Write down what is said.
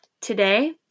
Today